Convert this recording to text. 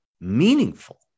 meaningful